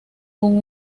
con